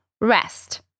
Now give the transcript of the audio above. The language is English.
rest